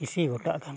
ᱤᱥᱤ ᱜᱚᱴᱟᱜ ᱜᱟᱱ